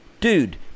dude